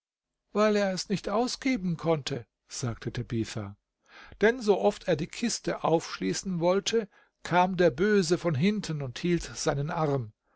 weil er es nicht ausgeben konnte sagte tabitha denn so oft er die kiste aufschließen wollte kam der böse von hinten und hielt seinen arm